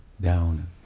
down